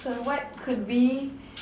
so what could be